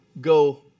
go